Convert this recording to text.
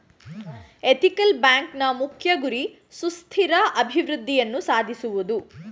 ethical ಬ್ಯಾಂಕ್ನ ಮುಖ್ಯ ಗುರಿ ಸುಸ್ಥಿರ ಅಭಿವೃದ್ಧಿಯನ್ನು ಸಾಧಿಸುವುದು